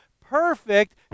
perfect